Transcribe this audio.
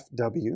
FW